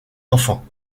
enfants